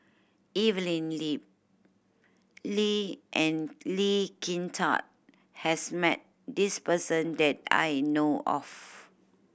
Evelyn Lip Lee and Lee Kin Tat has met this person that I know of